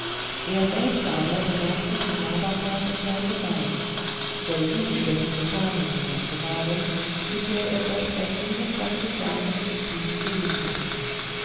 er selbst aber begab sich mit labakan in sein gemach voll wut über die sultanin seine gemahlin mit der er doch seit fünfundzwanzig jahren im frieden gelebt hatte